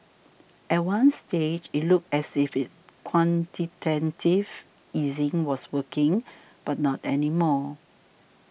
at one stage it looked as if quantitative easing was working but not any more